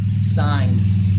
signs